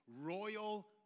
royal